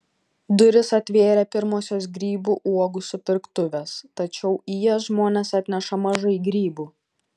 duris atvėrė pirmosios grybų uogų supirktuvės tačiau į jas žmonės atneša mažai grybų